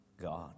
God